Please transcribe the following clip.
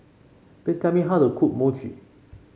please tell me how to cook Mochi